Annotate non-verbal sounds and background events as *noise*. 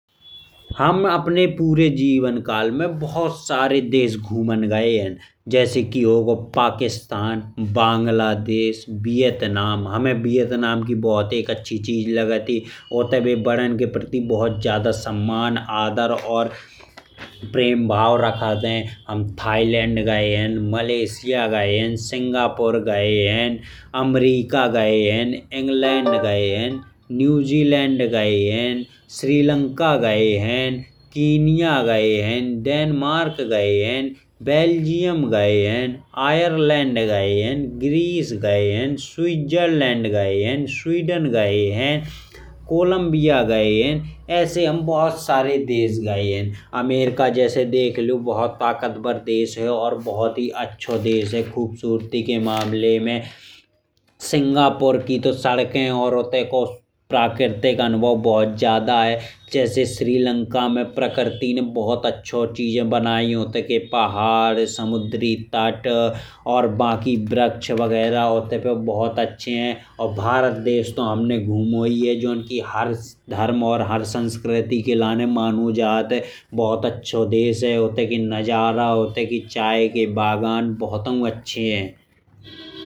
हम अपने पूरे जीवन काल में बहुत सारे देश घूमन गए हैं, जैसे कि हो गओ पाकिस्तान, बांग्लादेश, वियतनाम। हमें वियतनाम की एक बहुत अच्छी चीज लागत ही उतते बे बदन के प्रति बहुत ज्यादा सम्मान आदर और प्रेम भाव रखत है। हम थाईलैंड गए हैं मलेशिया गए हैं सिंगापुर गए हैं अमेरिका गए हैं। इंग्लैंड गए हैं न्यूज़ीलैंड गए हैं श्रीलंका गए हैं केनिया गए हैं। डेनमार्क गई हैं बेल्जियम गई हैं आयरलैंड गई हैं ग्रीस गई हैं स्विट्जरलैंड गई है स्वीडन गई हैं। और कोलंबिया गए हैं ऐसे हम बहुत सारे देश गए हैं। अमेरिका जैसे देखलेओ बहुत ही ताकतवर देश और बहुत ही अच्छा देश है। खूबसूरती के मामले में। सिंगापुर की तोह सड़कें और उतते को प्राकृतिक अनुभव बहुत ज्यादा है। श्रीलंका में प्रकृति ने बहुत अच्छी और सुंदर चीजें बनायी हैं। जैसे उनके पहाड़ समुद्रिक तट और वृक्ष वगैरह जो बहुत अच्छे हैं। और भारत देश तो हमने घूमो है। जोन की हर धर्म और हर संस्कृति के लाने मानो जात है बहुत अच्छा देश है। उतते के नजारा उतते के चाय के बागान बहुते अच्छे हैं। *noise*